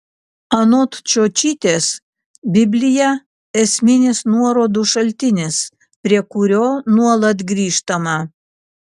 anot čiočytės biblija esminis nuorodų šaltinis prie kurio nuolat grįžtama